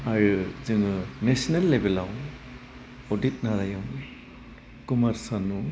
आरो जोङो नेशनेल लेभेलाव अधित नारायन कुमार सानु